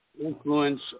influence